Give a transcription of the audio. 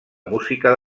música